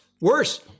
Worse